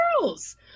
girls